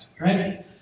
Right